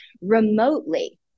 remotely